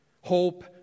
Hope